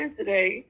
today